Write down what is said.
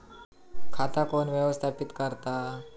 खाता कोण व्यवस्थापित करता?